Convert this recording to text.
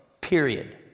Period